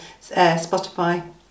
Spotify